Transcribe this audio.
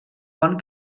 bon